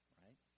right